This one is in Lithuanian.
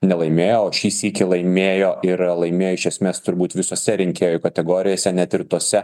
nelaimėjo o šį sykį laimėjo ir laimėjo iš esmės turbūt visose rinkėjų kategorijose net ir tose